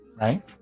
right